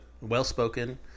well-spoken